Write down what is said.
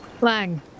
Lang